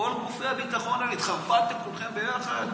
כל גופי הביטחון האלה, התחרפנתם כולכם ביחד?